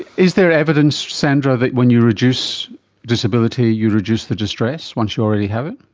is there evidence, sandra, that when you reduce disability you reduce the distress, once you already have